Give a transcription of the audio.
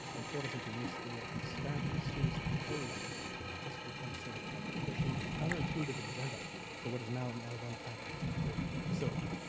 and vote us into a new school and staff and students opposed just to become a service department pushing a counterintuitive agenda for what is now an r one faculty or facility.